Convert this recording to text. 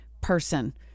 person